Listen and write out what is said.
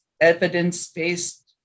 evidence-based